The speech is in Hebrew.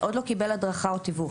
עוד לא קיבל הדרכה, או תיווך.